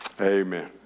Amen